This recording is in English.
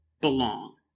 belong